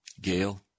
Gail